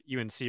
UNC